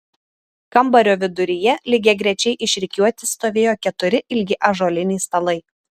kambario viduryje lygiagrečiai išrikiuoti stovėjo keturi ilgi ąžuoliniai stalai